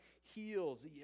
heals